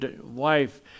wife